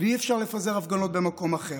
ואי-אפשר לפזר הפגנות במקום אחר,